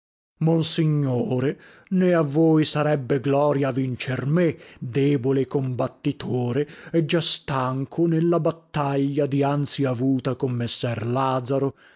monsignore né a voi sarebbe gloria vincer me debole combattitore e già stanco nella battaglia dianzi avuta